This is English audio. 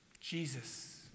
Jesus